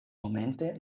momente